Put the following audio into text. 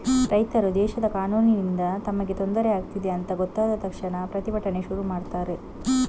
ರೈತರು ದೇಶದ ಕಾನೂನಿನಿಂದ ತಮಗೆ ತೊಂದ್ರೆ ಆಗ್ತಿದೆ ಅಂತ ಗೊತ್ತಾದ ತಕ್ಷಣ ಪ್ರತಿಭಟನೆ ಶುರು ಮಾಡ್ತಾರೆ